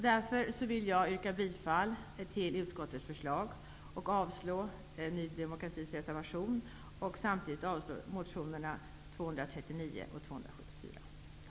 Därför yrkar jag bifall till utskottets förslag och avslag på Ny demokratis reservation samt motionerna Kr239 och Kr274.